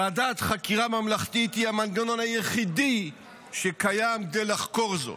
ועדת חקירה ממלכתית היא המנגנון היחידי שקיים כדי לחקור זאת.